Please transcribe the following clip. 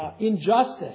injustice